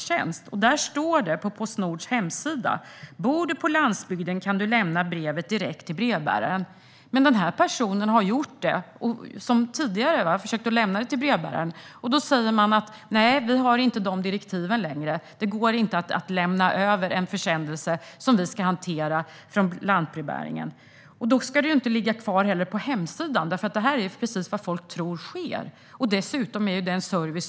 Skribenten menade att det på Postnords hemsida står att om du bor på landsbygden kan du lämna brev direkt till brevbäraren. Skribenten har försökt lämna brev till brevbäraren men har då fått veta att de direktiven inte finns längre. Det går inte att lämna över en försändelse för lantbrevbäringen att hantera. Men i så fall ska inte sådan information ligga kvar på hemsidan. Folk tror att de kan göra så.